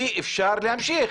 אי אפשר להמשיך.